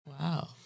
Wow